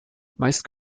meist